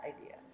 ideas